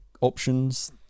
options